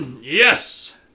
Yes